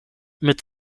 mit